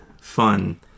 fun